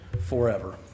forever